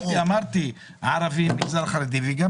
אמרתי, ערבים, המגזר החרדי וגם